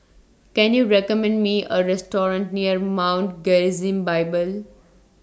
Can YOU recommend Me A Restaurant near Mount Gerizim Bible